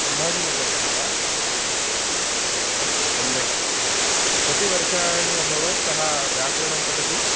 सम्भाजिनगरतः वा अस्तु सम्यक् कति वर्षाणि अभवत् सः व्याकरणं पठन्